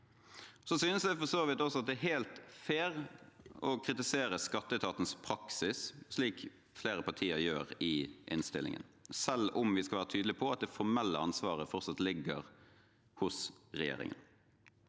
Jeg synes for så vidt at det er helt fair å kritisere skatteetatens praksis, slik flere partier gjør i innstillingen, selv om vi skal være tydelige på at det formelle ansvaret fortsatt ligger hos regjeringen.